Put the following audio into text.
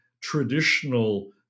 traditional